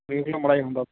ਦੇਖਲੋ ਮਾੜਾ ਜਿਹਾ ਹੁੰਦਾ